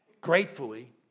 Gratefully